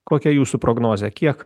kokia jūsų prognozė kiek